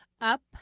up